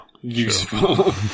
useful